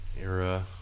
era